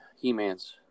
He-Man's